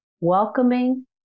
welcoming